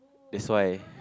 that's why